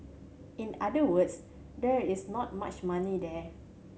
in other words there is not much money there